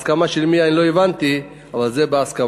הסכמה של מי אני לא הבנתי, אבל זה בהסכמה.